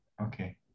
okay